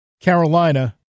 Carolina